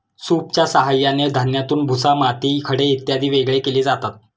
सूपच्या साहाय्याने धान्यातून भुसा, माती, खडे इत्यादी वेगळे केले जातात